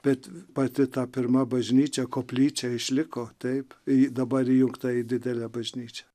bet pati ta pirma bažnyčia koplyčia išliko taip į dabar įjungta į didelę bažnyčią